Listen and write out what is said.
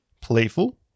playful